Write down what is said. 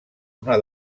una